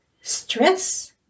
Stress